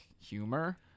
humor